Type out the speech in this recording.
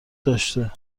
داشته